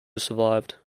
survived